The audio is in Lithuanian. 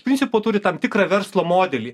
principo turi tam tikrą verslo modelį